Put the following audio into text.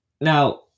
now